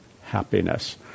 Happiness